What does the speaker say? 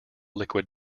liquid